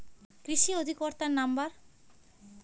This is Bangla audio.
কৃষি অধিকর্তার নাম্বার?